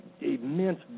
immense